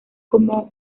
como